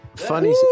funny